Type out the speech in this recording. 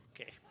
Okay